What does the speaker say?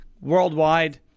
worldwide